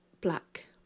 black